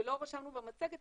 לא רשמנו במצגת,